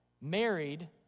married